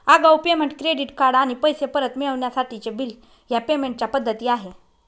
आगाऊ payment, credit card आणि पैसे परत मिळवण्यासाठीचे बिल ह्या पेमेंट च्या पद्धती आहे